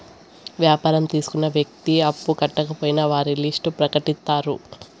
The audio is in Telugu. వ్యాపారం తీసుకున్న వ్యక్తి అప్పు కట్టకపోయినా వారి లిస్ట్ ప్రకటిత్తారు